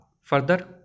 further